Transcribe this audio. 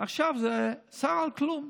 ועכשיו זה שר על כלום,